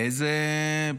לאיזה,